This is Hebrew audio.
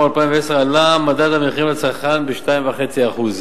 2010 עלה מדד המחירים לצרכן ב-2.5%.